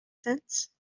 sense